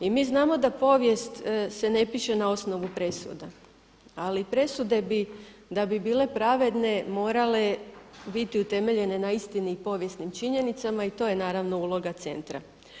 I mi znamo da povijest se ne piše na osnovu presuda, ali presude bi da bi bile pravedne morale biti utemeljene na istini i povijesnim činjenicama i to je naravno uloga centra.